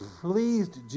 pleased